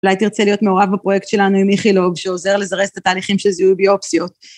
אולי תרצה להיות מעורב בפרויקט שלנו עם מיכי לוג, שעוזר לזרס את התהליכים של זיהוי ביואפסיות.